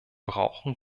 brauchen